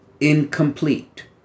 incomplete